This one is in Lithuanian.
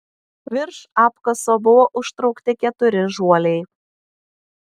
virš apkaso buvo užtraukti keturi žuoliai